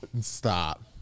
Stop